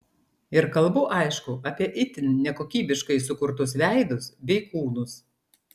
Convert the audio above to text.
ir kalbu aišku apie itin nekokybiškai sukurtus veidus bei kūnus